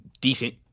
decent